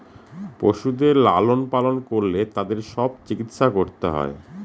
পশুদের লালন পালন করলে তাদের সব চিকিৎসা করতে হয়